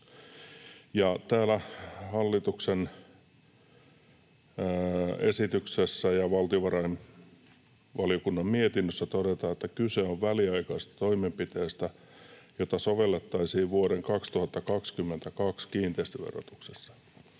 Täällä hallituksen esityksessä ja valtiovarainvaliokunnan mietinnössä todetaan, että kyse on väliaikaisesta toimenpiteestä, jota sovellettaisiin vuoden 2022 kiinteistöverotuksessa